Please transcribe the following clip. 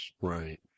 Right